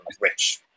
rich